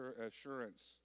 assurance